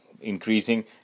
Increasing